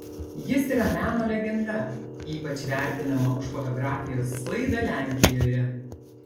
jis yra meno legenda ypač vertinama už fotografijos sklaidą lenkijoje